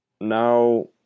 now